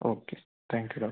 okay thank you doctor